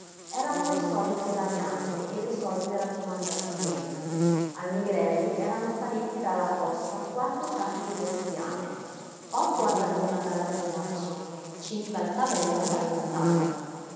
erano le solite lagnanze e le solite raccomandazioni al nigrelli erano spariti dalla costa quattro capi di bestiame otto al ragona dall'addiaccio cinque al tavella dalla stalla